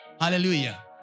Hallelujah